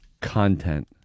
content